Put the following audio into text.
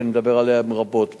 שאני מדבר עליו רבות פה.